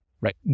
right